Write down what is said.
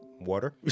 water